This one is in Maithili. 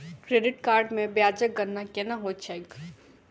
क्रेडिट कार्ड मे ब्याजक गणना केना होइत छैक